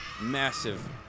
massive